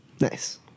Nice